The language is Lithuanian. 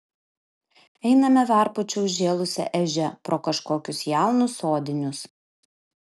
einame varpučiu užžėlusia ežia pro kažkokius jaunus sodinius